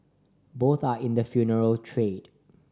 both are in the funeral trade